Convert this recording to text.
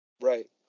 Right